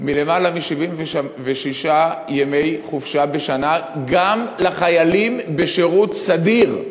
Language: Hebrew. מקיום למעלה מ-76 ימי חופשה בשנה גם לחיילים בשירות סדיר?